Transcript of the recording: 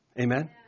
Amen